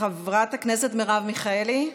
חברת הכנסת מרב מיכאלי,